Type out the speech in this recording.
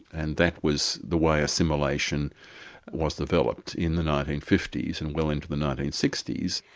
and that was the way assimilation was developed in the nineteen fifty s and well into the nineteen sixty s.